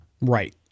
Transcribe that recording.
Right